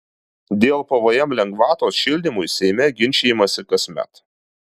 dėl pvm lengvatos šildymui seime ginčijamasi kasmet